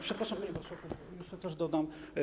Przepraszam, panie marszałku, jeszcze też dodam.